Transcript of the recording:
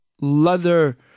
leather